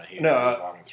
No